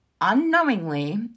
unknowingly